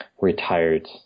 retired